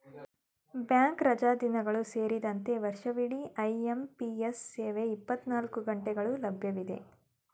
bank ರಜಾದಿನಗಳು ಸೇರಿದಂತೆ ವರ್ಷವಿಡಿ ಐ.ಎಂ.ಪಿ.ಎಸ್ ಸೇವೆ ಇಪ್ಪತ್ತನಾಲ್ಕು ಗಂಟೆಗಳು ಲಭ್ಯವಿದೆ